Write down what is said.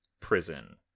prison